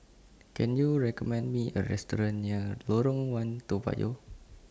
Can YOU recommend Me A Restaurant near Lorong one Toa Payoh